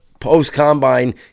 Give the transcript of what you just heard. Post-combine